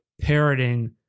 parroting